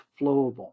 flowable